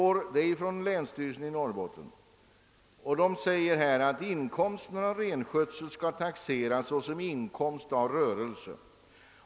Länsstyrelsen i Norrbotten uttalar att inkomsten av renskötsel skall taxeras såsom inkomst av rörelse.